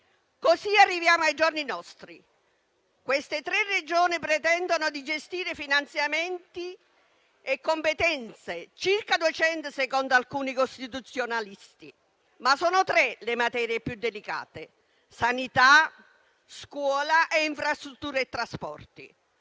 Così arriviamo ai giorni nostri. Queste tre Regioni pretendono di gestire finanziamenti e competenze, circa duecento, secondo alcuni costituzionalisti, ma sono tre le materie più dedicate: sanità, scuola e infrastrutture e trasporti.